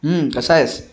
कसा आहेस